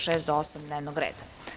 6, 7. i 8. dnevnog reda.